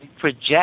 project